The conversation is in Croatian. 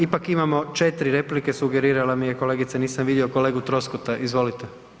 Ipak imamo 4 replike, sugerirala mi je kolegica, nisam vidio kolegu Troskota, izvolite.